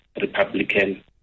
Republican